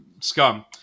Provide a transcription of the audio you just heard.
scum